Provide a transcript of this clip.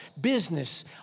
business